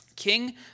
King